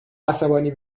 عصبانی